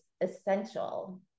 essential